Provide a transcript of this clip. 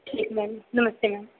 ठीक मैम नमस्ते मैम